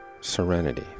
serenity